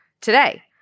today